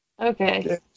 Okay